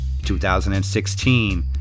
2016